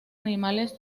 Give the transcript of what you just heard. animales